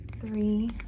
three